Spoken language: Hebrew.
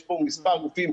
יש פה מספר גופים,